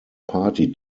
party